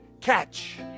catch